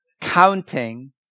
counting